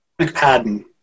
McPadden